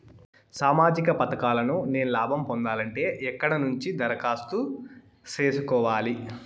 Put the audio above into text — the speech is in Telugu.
సామాజిక పథకాలను నేను లాభం పొందాలంటే ఎక్కడ నుంచి దరఖాస్తు సేసుకోవాలి?